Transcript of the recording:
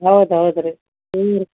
ಹೌದು ಹೌದು ರೀ ಇಲ್ಲ ರೀ